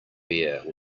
beer